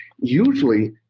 Usually